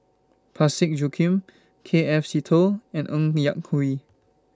Parsick Joaquim K F Seetoh and Ng Yak Whee